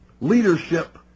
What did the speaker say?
leadership